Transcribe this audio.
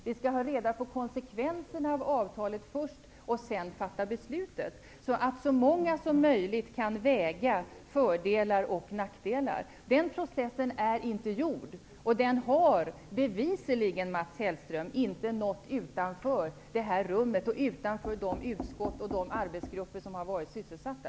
Vi skall ha reda på konsekvenserna av avtalet först och sedan fatta besluten, så att så många som möjligt kan väga fördelar och nackdelar. Den processen är inte gjord, och den har bevisligen, Mats Hellström, inte nått utanför det här rummet och utanför de utskott och arbetsgrupper som har varit sysselsatta.